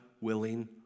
willing